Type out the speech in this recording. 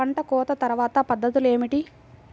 పంట కోత తర్వాత పద్ధతులు ఏమిటి?